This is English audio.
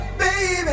baby